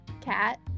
cat